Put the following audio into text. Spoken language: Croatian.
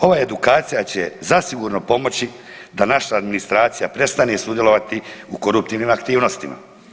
Ova edukacija će zasigurno pomoći da naša administracija prestane sudjelovati u koruptivnim aktivnosti.